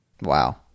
wow